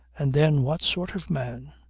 and then what sort of man?